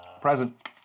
Present